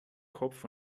kopf